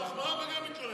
נתת מחמאות וגם מתלוננים.